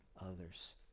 others